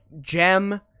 gem